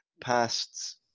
past